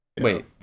Wait